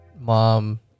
mom